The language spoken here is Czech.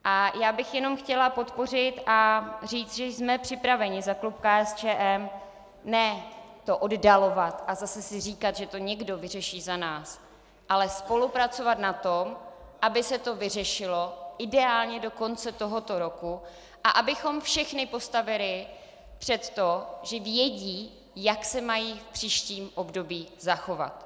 A já bych jenom chtěla podpořit a říct, že jsme připraveni za klub KSČM ne to oddalovat a zase si říkat, že to někdo vyřeší za nás, ale spolupracovat na tom, aby se to vyřešilo ideálně do konce tohoto roku a abychom všechny postavili před to, že vědí, jak se mají v příštím období zachovat.